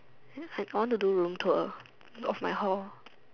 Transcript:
I want to do room tour of my whole